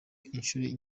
inshuti